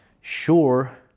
sure